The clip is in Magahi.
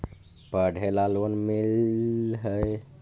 पढ़े ला लोन मिल है?